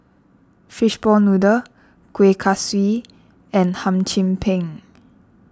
Fishball Noodle Kuih Kaswi and Hum Chim Peng